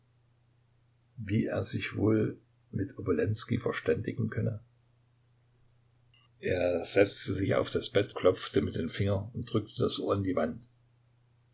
wie er sich wohl mit obolenskij verständigen könne er setzte sich auf das bett klopfte mit dem finger und drückte das ohr an die wand